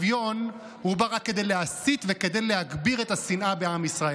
הוא בא רק כדי להסית וכדי להגביר את השנאה בעם ישראל.